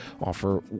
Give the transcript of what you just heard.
offer